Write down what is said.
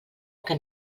que